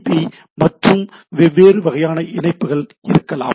B மற்றும் வெவ்வேறு வகையான இணைப்புகள் இருக்கலாம்